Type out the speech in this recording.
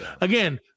again